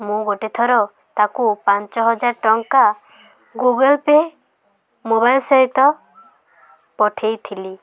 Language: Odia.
ମୁଁ ଗୋଟେଥର ତାକୁ ପାଞ୍ଚ ହଜାର ଟଙ୍କା ଗୁଗଲ୍ ପେ' ମୋବାଇଲ୍ ସହିତ ପଠେଇଥିଲି